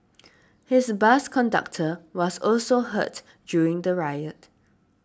his bus conductor was also hurt during the riot